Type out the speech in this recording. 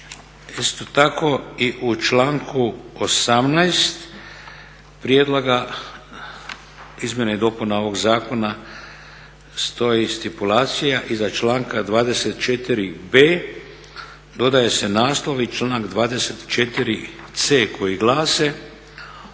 Isto tako i u članku 18. prijedloga izmjena i dopuna ovog zakona stoji stipulacija: "Iza članka 24b. dodaje se naslov i članak 24c. koji glase: